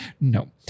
no